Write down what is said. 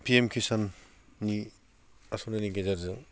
P M खिसाननि आसनिनि गेजेरजों